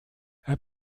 herr